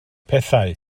pethau